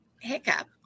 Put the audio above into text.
Hiccup